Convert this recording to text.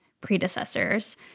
predecessors